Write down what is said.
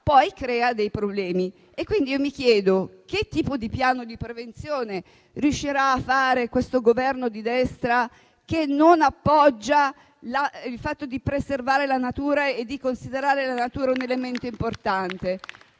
poi crea dei problemi. Mi chiedo pertanto che tipo di piano di prevenzione riuscirà a fare questo Governo di destra che non appoggia l'idea di preservare la natura e di considerarla un elemento importante.